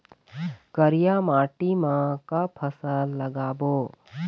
करिया माटी म का फसल लगाबो?